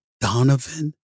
Donovan